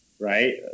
right